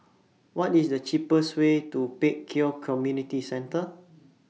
What IS The cheapest Way to Pek Kio Community Centre